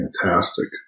fantastic